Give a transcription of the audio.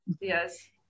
Yes